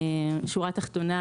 בשורה התחתונה,